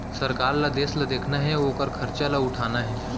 सरकार ल देस ल देखना हे अउ ओकर खरचा ल उठाना हे